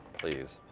please.